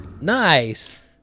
Nice